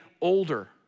older